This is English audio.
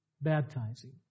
baptizing